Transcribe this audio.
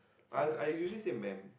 I I using same man